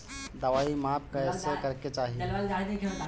दवाई माप कैसे करेके चाही?